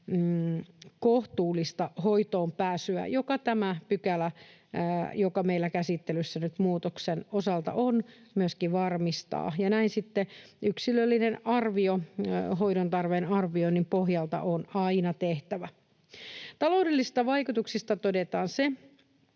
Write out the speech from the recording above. kohtuullista hoitoonpääsyä, jonka tämä pykälä, joka meillä käsittelyssä nyt muutoksen osalta on, myöskin varmistaa. Ja näin sitten yksilöllinen arvio hoidon tarpeen arvioinnin pohjalta on aina tehtävä. Taloudellisista vaikutuksista todetaan se,